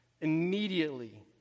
immediately